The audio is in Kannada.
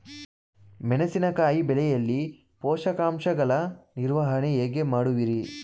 ಮೆಣಸಿನಕಾಯಿ ಬೆಳೆಯಲ್ಲಿ ಪೋಷಕಾಂಶಗಳ ನಿರ್ವಹಣೆ ಹೇಗೆ ಮಾಡುವಿರಿ?